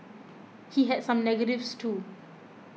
he had some negatives too